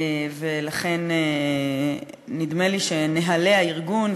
ולכן נדמה לי שנוהלי הארגון,